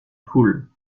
foule